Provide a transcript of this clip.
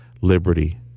liberty